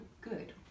good